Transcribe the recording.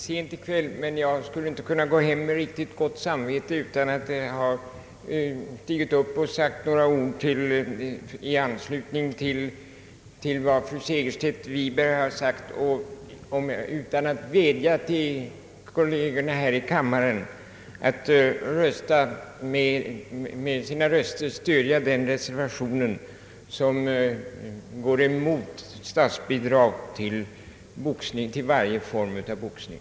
Det börjar bli sent, men jag skulle inte kunna gå hem med riktigt gott samvete utan att ha sagt några ord med anslutning till fru Segerstedt Wibergs anföranden och utan att ha vädjat till kollegerna här i kammaren att med sina röster stödja den reservation som går emot statsbidrag till varje form av boxning.